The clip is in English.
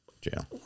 Jail